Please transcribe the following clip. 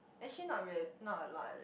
actually not reall~ not a lot